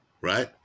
right